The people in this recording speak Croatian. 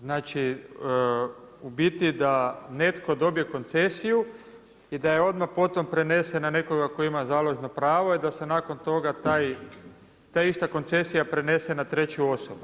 Znači u biti da netko dobije koncesiju i da je odmah potom prenese na nekoga tko ima založno pravo i da se nakon toga ta ista koncesija prenese na treću osobu.